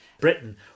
Britain